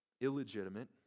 illegitimate